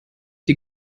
die